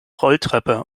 rolltreppe